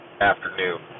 afternoon